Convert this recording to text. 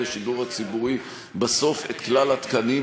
השידור הציבורי בסוף את כלל התקנים,